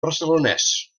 barcelonès